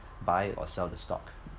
buy or sell the stock